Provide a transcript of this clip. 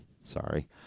Sorry